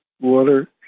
water